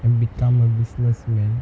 and become a businessman